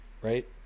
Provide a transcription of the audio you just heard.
Right